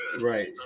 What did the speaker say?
Right